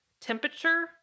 temperature